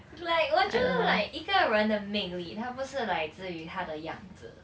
like 我觉得 like 一个人的魅力他不是 like 不至于他的样子